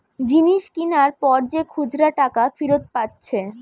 জিনিস কিনার পর যে খুচরা টাকা ফিরত পাচ্ছে